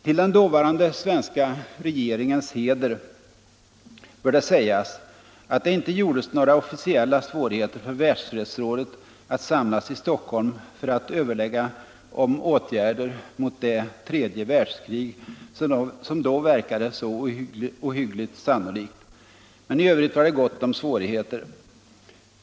Till den dåvarande svenska regeringens heder bör det sägas att det inte gjordes några officiella svårigheter för Världsfredsrådet att samlas i Stockholm för att överlägga om åtgärder mot det tredje världskrig, som då verkade så ohyggligt sannolikt. Men i övrigt var det gott om svårigheter.